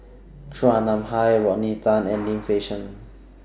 Chua Nam Hai Rodney Tan and Lim Fei Shen